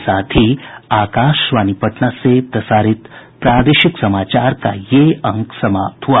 इसके साथ ही आकाशवाणी पटना से प्रसारित प्रादेशिक समाचार का ये अंक समाप्त हुआ